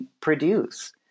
produce